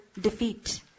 Defeat